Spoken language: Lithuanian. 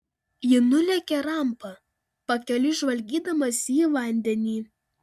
ji nulėkė rampa pakeliui žvalgydamasi į vandenį